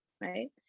right